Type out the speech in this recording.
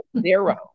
zero